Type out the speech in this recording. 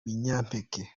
binyampeke